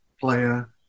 player